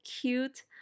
cute